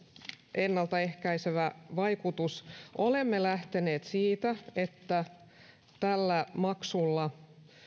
ennaltaehkäisevä vaikutus olemme lähteneet siitä että tällä maksulla